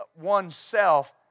oneself